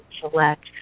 select